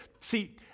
See